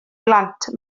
blant